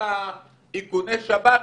בהיקף רחב.